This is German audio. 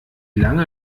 lange